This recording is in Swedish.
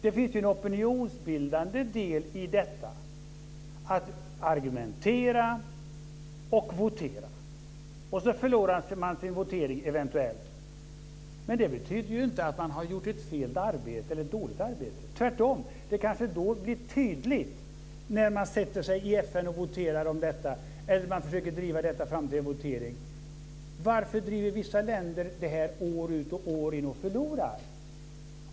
Det finns en opinionsbildande del i detta att argumentera och votera. Eventuellt förlorar man sin votering. Men det betyder inte att man har gjort ett felaktigt eller dåligt arbete. Tvärtom är det kanske då det blir tydligt, när man sätter sig i FN och voterar om detta eller försöker driva fram det till en votering. Varför driver vissa länder frågor år ut och år in och förlorar?